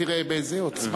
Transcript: תראה באיזו עוצמה.